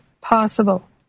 possible